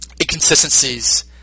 inconsistencies